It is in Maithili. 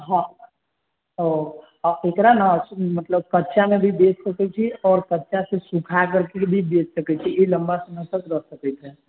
हँ ओ आ एकरा न मतलब कच्चा मे भी बेच सकै छी और कच्चा से सूखा कर भी बेच सकै छी ई लम्बा समय तक रह सकै छै